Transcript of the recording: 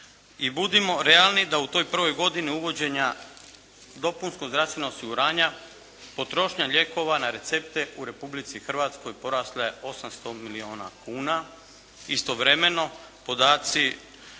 budimo realni da u toj prvoj godini uvođenja dopunskog zdravstvenog osiguranja potrošnja lijekova na recepte u Republici Hrvatskoj porasla je 800 milijuna kuna. Istovremeno podaci